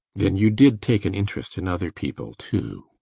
then you did take an interest in other people, too?